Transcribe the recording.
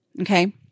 Okay